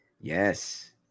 Yes